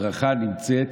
הברכה נמצאת